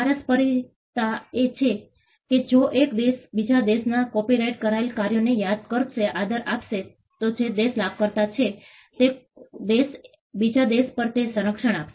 પારસ્પરિકતા એ છે કે જો એક દેશ બીજા દેશના કોપિરાઇટ કરેલા કાર્યોનો આદર કરશે તો જે દેશ લાભકર્તા છે તે દેશ બીજા દેશમાં પણ તે જ સંરક્ષણ આપશે